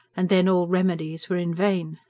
and then all remedies were in vain.